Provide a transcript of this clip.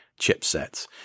chipsets